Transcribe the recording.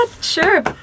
sure